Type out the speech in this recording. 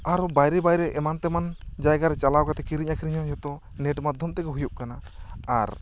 ᱟᱨ ᱵᱟᱭᱨᱮ ᱵᱟᱭᱨᱮ ᱮᱢᱟᱱ ᱛᱮᱢᱟᱱ ᱡᱟᱭᱜᱟᱨᱮ ᱪᱟᱞᱟᱣ ᱠᱟᱛᱮ ᱠᱤᱨᱤᱧ ᱟᱠᱷᱟᱨᱤᱧ ᱦᱚᱸ ᱡᱚᱛᱚ ᱱᱮᱴ ᱢᱟᱫᱷᱚᱢ ᱛᱮᱜᱮ ᱦᱩᱭᱩᱜ ᱠᱟᱱᱟ ᱟᱨ